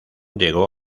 llegó